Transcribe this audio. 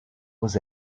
was